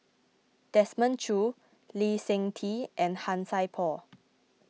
Desmond Choo Lee Seng Tee and Han Sai Por